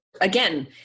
again